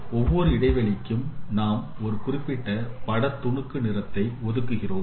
ஒவ்வொரு இடைவெளிக்கும் நாம் ஒரு குறிப்பிட்ட பட துணுக்கு நிறத்தை ஒதுக்குகிறோம்